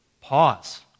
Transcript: pause